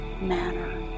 manner